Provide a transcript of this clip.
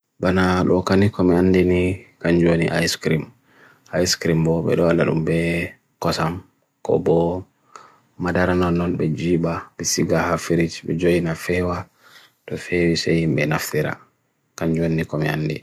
Hayreji jangoɓe ɗiɗi ko suufere e hakoreji miijeeji. Hayreji nafoore njahi tawa e tawa subonga jangoɓe, wi'a laawol ngal ngam daande ɓe fowru.